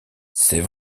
c’est